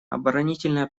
оборонительная